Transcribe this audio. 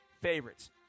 Favorites